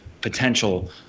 potential